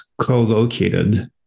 co-located